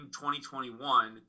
2021